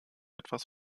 etwas